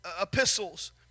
epistles